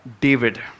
David